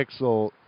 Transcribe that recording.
pixel